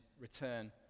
return